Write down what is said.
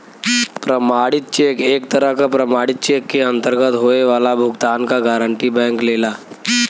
प्रमाणित चेक एक तरह क प्रमाणित चेक के अंतर्गत होये वाला भुगतान क गारंटी बैंक लेला